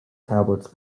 tablets